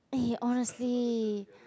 eh honestly